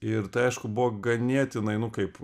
ir tai aišku buvo ganėtinai nu kaip